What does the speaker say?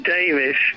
Davis